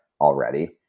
already